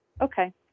Okay